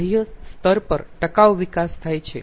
બાહ્ય સ્તર પર ટકાઉ વિકાસ થાય છે